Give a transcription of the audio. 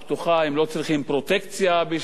הם לא צריכים פרוטקציה בשביל זה,